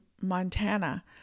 Montana